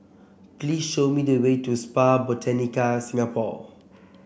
please show me the way to Spa Botanica Singapore